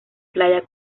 playa